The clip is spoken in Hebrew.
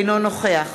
אינו נוכח